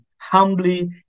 humbly